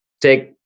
take